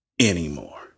anymore